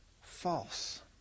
false